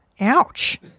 Ouch